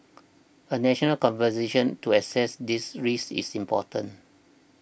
a national conversation to assess these risks is important